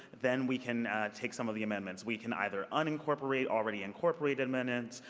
then we can take some of the amendments. we can either unincorporated already incorporated amendments.